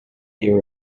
your